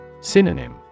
Synonym